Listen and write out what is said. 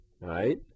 right